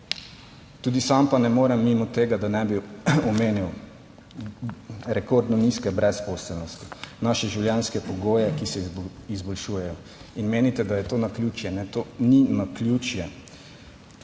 Tudi sam pa ne morem mimo tega, da ne bi omenil rekordno nizke brezposelnosti, naše življenjske pogoje, ki se izboljšujejo. Menite, da je to naključje, to ni naključje,